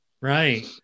right